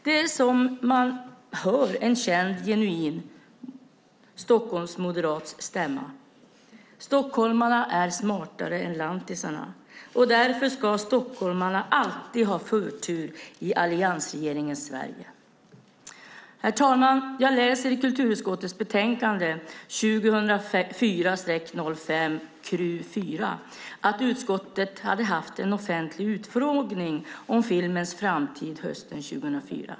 Det är som om man hör en känd, genuin stockholmsmoderats stämma, stockholmarna är smartare än lantisarna och därför ska stockholmarna alltid ha förtur i alliansregeringens Sverige. Herr talman! Jag läser i kulturutskottets betänkande 2004/05:Kru4 att utskottet hade en offentlig utfrågning om filmens framtid hösten 2004.